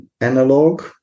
analog